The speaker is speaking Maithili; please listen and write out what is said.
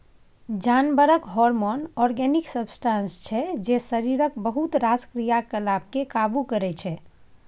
जानबरक हारमोन आर्गेनिक सब्सटांस छै जे शरीरक बहुत रास क्रियाकलाप केँ काबु करय छै